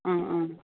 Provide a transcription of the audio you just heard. ஆ ஆ